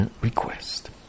request